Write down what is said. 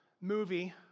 movie